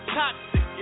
toxic